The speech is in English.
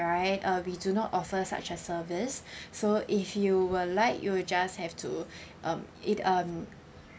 right uh we do not offer such a service so if you would like you will just have to um it um